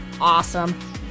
awesome